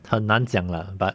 很难讲 lah but